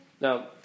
Now